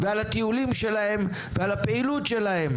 על הטיולים שלהם ועל הפעילות שלהם"?